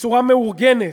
בצורה מאורגנת,